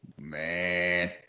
man